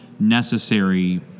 Necessary